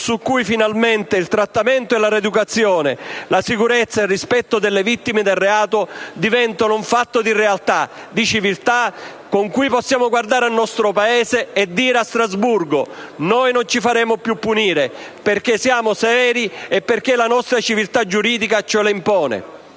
per cui finalmente il trattamento e la rieducazione, la sicurezza e il rispetto delle vittime del reato diventino una realtà, un fatto di civiltà, attraverso cui possiamo guardare al nostro Paese e dire a Strasburgo che non ci faremo più punire perché siamo seri e perché la nostra civiltà giuridica ce lo impone.